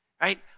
right